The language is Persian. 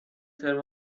ترم